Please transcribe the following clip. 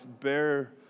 bear